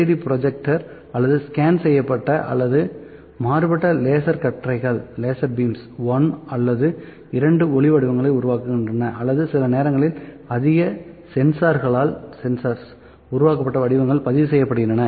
LCD projector அல்லது ஸ்கேன் செய்யப்பட்ட அல்லது மாறுபட்ட லேசர் கற்றைகள் 1 அல்லது 2 ஒளி வடிவங்களை உருவாக்கின்றன அல்லது சில நேரங்களில் அதிக சென்சார்களால் உருவாக்கப்பட்ட வடிவங்களை பதிவு செய்கின்றன